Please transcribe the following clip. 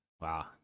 Wow